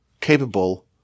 capable